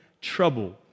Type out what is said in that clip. trouble